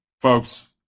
folks